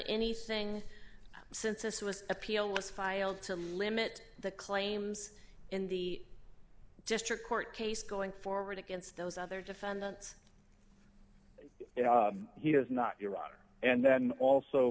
anything since this was appeal was filed to limit the claims in the district court case going forward against those other defendants you know he has not your honor and then also